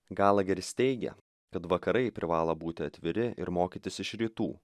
galaheris teigia kad vakarai privalo būti atviri ir mokytis iš rytų